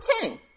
king